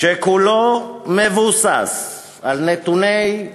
שכולו מבוסס על נתוני,